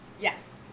Yes